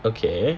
okay